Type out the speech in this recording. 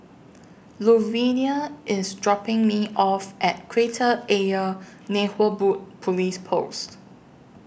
Luvinia IS dropping Me off At Kreta Ayer Police Post